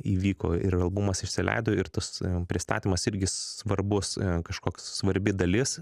įvyko ir albumas išsileido ir tas pristatymas irgi svarbus kažkoks svarbi dalis